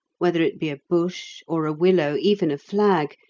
whether it be a bush, or a willow, even a flag,